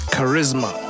Charisma